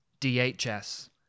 DHS